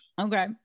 Okay